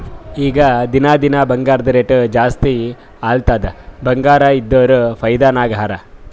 ಈಗ ದಿನಾ ದಿನಾ ಬಂಗಾರ್ದು ರೇಟ್ ಜಾಸ್ತಿ ಆಲತ್ತುದ್ ಬಂಗಾರ ಇದ್ದೋರ್ ಫೈದಾ ನಾಗ್ ಹರಾ